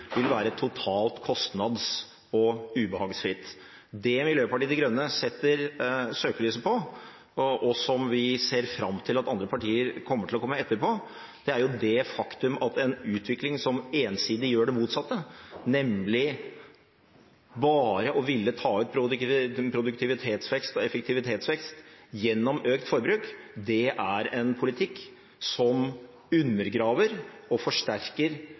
vil være totalt kostnads- og ubehagsfritt. Det Miljøpartiet De Grønne retter søkelyset mot, og der vi ser fram til at andre partier kommer etter, er det faktum at en utvikling som ensidig gjør det motsatte, nemlig bare å ville ta ut produktivitetsvekst og effektivitetsvekst gjennom økt forbruk, er en politikk som undergraver og forsterker